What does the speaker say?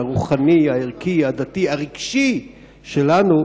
אבל בדיוק על-פי שיעורם היחסי של המתיישבים